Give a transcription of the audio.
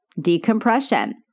decompression